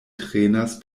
trenas